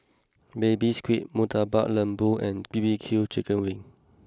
Baby Squid Murtabak Lembu and B B Q Chicken Wings